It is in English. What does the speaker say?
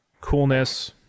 coolness